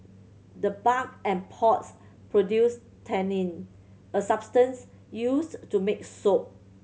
the bark and pods produce tannin a substance used to make soap